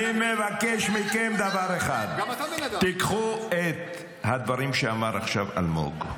אני מבקש מכם דבר אחד: קחו את הדברים שאמר עכשיו אלמוג,